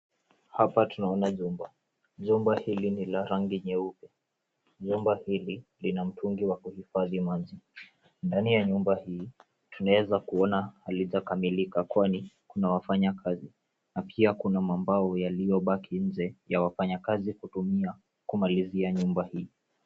Hapa tunaona jumba, jumba hili ni la rangi nyeupe. Jumba hili lina mtungi wa kuhifadhi maji, ndani ya jumba hili tunaweza kuona halijakamilika kwani kuna wafanya kazi na pia kuna mambao yaliyo baki nje ya wafanyakazi kutumia kumalizia nyumba hii .